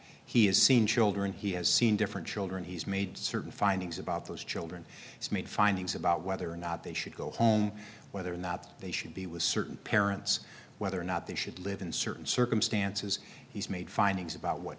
has seen children he has seen different children he's made certain findings about those children he's made findings about whether or not they should go home whether or not they should be was certain parents whether or not they should live in certain circumstances he's made findings about what